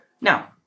Now